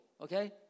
okay